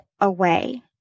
away